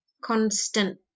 constant